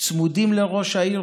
צמודים לראש העיר,